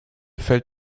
fällt